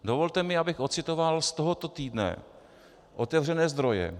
Dovolte mi, abych ocitoval z tohoto týdne otevřené zdroje.